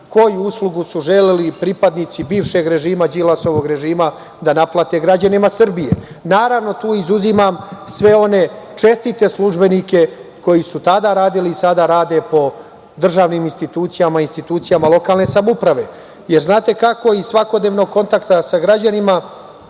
koju uslugu su želeli pripadnici bivšeg režima, Đilasovog režima, da naplate građanima Srbije. Naravno, tu izuzimam sve one čestite službenike koji su tada radili i sada rade po državnim institucijama, institucijama lokalne samouprave. Znate kako? Iz svakodnevnog kontakta sa građanima,